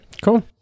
Cool